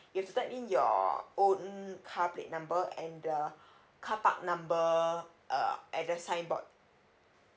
you have to type in your own car plate number and the carpark number uh at the signboard